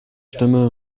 stimme